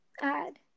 add